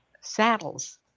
saddles